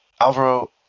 Alvaro